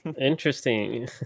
Interesting